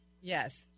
Yes